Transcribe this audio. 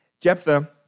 Jephthah